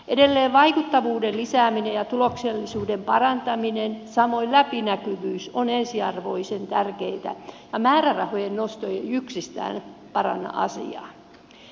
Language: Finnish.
edelleen vaikuttavuuden lisääminen ja tuloksellisuuden parantaminen samoin läpinäkyvyys on ensiarvoisen tärkeätä ja määrärahojen nosto ei yksistään paranna asiaa